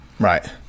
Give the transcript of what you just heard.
Right